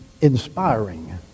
inspiring